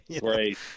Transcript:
Great